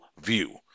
view